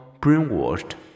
brainwashed